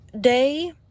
day